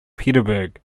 petersburg